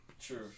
True